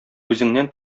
үзеңнән